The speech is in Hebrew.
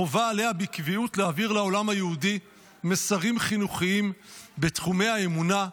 חובה עליה להעביר לעולם היהודי בקביעות מסרים חינוכיים בתחומי האמונה,